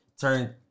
turn